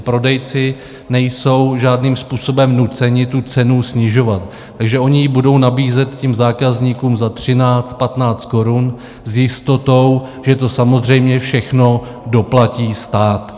Prodejci nejsou žádným způsobem nuceni tu cenu snižovat, takže oni ji budou nabízet zákazníkům za 13, 15 korun s jistotou, že to samozřejmě všechno doplatí stát.